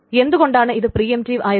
എന്തു കൊണ്ടാണ് ഇത് പ്രീഎംറ്റീവ് ആയത്